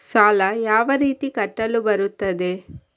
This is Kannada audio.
ಸಾಲ ಯಾವ ರೀತಿ ಕಟ್ಟಲು ಬರುತ್ತದೆ?